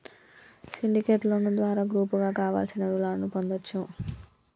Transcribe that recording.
syndicate loan ద్వారా గ్రూపుగా కావలసిన రుణాలను పొందచ్చు